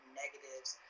negatives